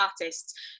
artists